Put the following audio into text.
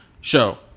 show